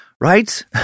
Right